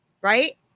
right